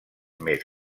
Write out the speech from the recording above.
més